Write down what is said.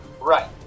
Right